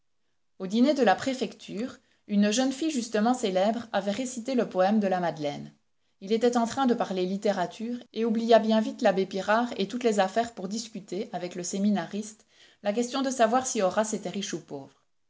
au dîner de la préfecture une jeune fille justement célèbre avait récité le poème de la madeleine il était en train de parler littérature et oublia bien vite l'abbé pirard et toutes les affaires pour discuter avec le séminariste la question de savoir si horace était riche ou pauvre